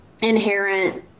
inherent